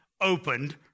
opened